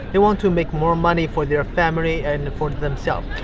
they want to make more money for their family and for themselves,